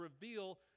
reveal